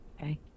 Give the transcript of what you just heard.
Okay